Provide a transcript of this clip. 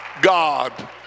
God